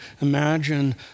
Imagine